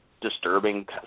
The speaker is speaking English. disturbing